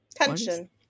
tension